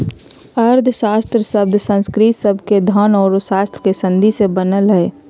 अर्थशास्त्र शब्द संस्कृत शब्द के धन औरो शास्त्र के संधि से बनलय हें